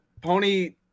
Pony